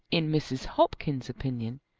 in mrs. hopkins's opinion,